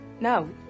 No